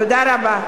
תודה רבה.